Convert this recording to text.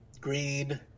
Green